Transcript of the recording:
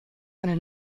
eine